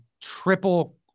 triple